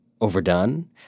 overdone